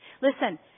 listen